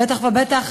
בטח ובטח,